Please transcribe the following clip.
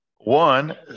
One